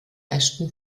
ashton